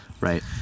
right